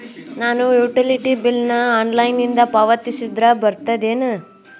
ನಾನು utility bill ನ ಆನ್ಲೈನಿಂದ ಪಾವತಿಸಿದ್ರ ಬರ್ತದೇನು?